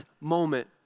moment